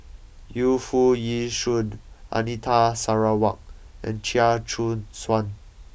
Yu Foo Yee Shoon Anita Sarawak and Chia Choo Suan